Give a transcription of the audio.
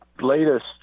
latest